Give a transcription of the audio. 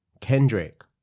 Kendrick